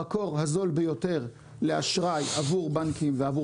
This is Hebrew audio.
המקור הזול ביותר לאשראי עבור בנקים ועבור